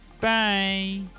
Bye